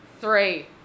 Three